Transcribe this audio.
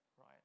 right